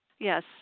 Yes